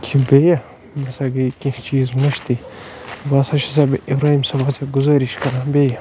یہِ چھِ بیٚیہِ مےٚ ہسا گٔے کیٚنٛہہ چیٖز مٔشتٕے بہٕ ہَسا چھُس بہٕ اِبراہیٖم صٲب ہَسا گُزٲرِش کران بیٚیہِ